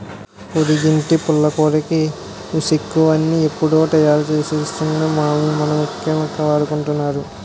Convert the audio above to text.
పొరిగింటి పుల్లకూరకి రుసెక్కువని ఎవుడో తయారుసేస్తే మనమిక్కడ కొని వాడుకుంటున్నాం